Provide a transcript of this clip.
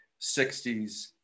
60s